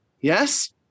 Yes